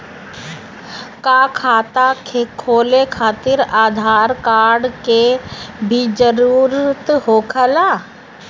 का खाता खोले खातिर आधार कार्ड के भी जरूरत होखेला?